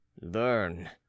Learn